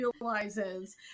realizes